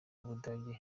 ubudage